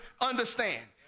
understand